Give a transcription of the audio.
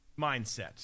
mindset